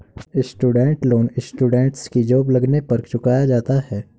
student loan students की job लगने पर चुकाया जाता है